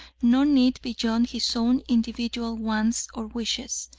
no need, beyond his own individual wants or wishes.